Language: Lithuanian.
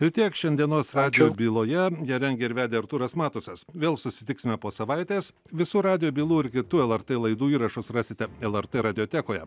tai tiek šiandienos radijo byloje ją rengė ir vedė artūras matusas vėl susitiksime po savaitės visų radijo bylų ir kitų lrt laidų įrašus rasite lrt radiotekoje